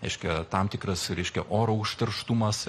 reiškia tam tikras reiškia oro užterštumas